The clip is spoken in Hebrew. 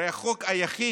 הרי החוק היחיד,